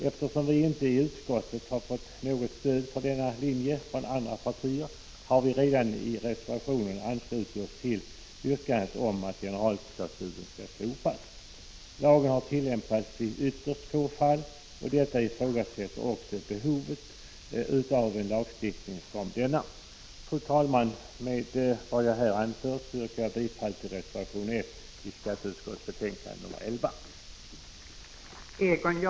Eftersom vi i utskottet inte har fått något stöd för denna linje från andra partier, har vi i en reservation anslutit oss till yrkandet om att generalklausulen skall slopas. Lagen har tillämpats i ytterst få fall, och vi ifrågasätter därför behovet av en lagstiftning som denna. Fru talman! Med vad jag här har anfört yrkar jag bifall till reservation 1 i skatteutskottets betänkande nr 11.